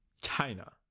China